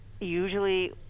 usually